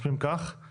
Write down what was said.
האם